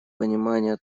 понимания